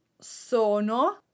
sono